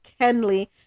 kenley